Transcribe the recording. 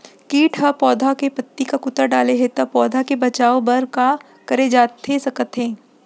किट ह पौधा के पत्ती का कुतर डाले हे ता पौधा के बचाओ बर का करे जाथे सकत हे?